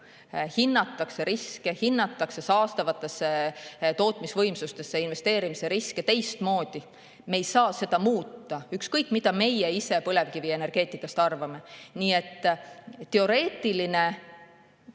hinnatakse riske, hinnatakse saastavatesse tootmisvõimsustesse investeerimise riske teistmoodi, me ei saa muuta, ükskõik mida meie ise põlevkivienergeetikast arvame. Nii et teoreetiline